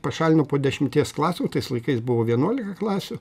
pašalino po dešimties klasių tais laikais buvo vienuolika klasių